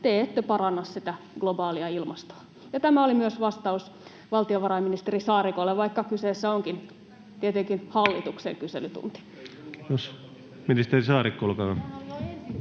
te ette paranna globaalia ilmastoa. Ja tämä oli myös vastaus valtiovarainministeri Saarikolle, vaikka kyseessä onkin tietenkin hallituksen kyselytunti. Kiitos. — Ministeri Saarikko, olkaa hyvä.